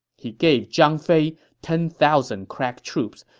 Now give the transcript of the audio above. he gave zhang fei ten thousand crack troops,